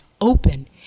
open